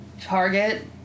Target